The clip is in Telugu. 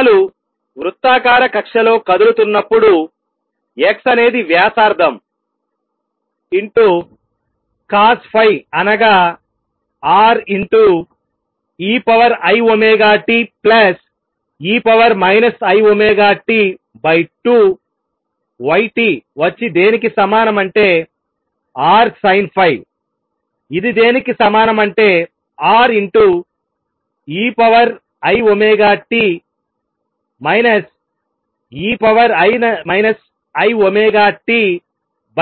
కణాలు వృత్తాకార కక్ష్యలో కదులుతున్నప్పుడు x అనేది వ్యాసార్థం COS అనగా Rei⍵t e i⍵t2 y t వచ్చి దేనికి సమానం అంటే R Sin ఇది దేనికి సమానం అంటే Rei⍵t e